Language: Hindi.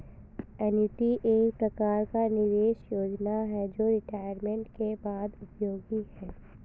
एन्युटी एक प्रकार का निवेश योजना है जो रिटायरमेंट के बाद उपयोगी है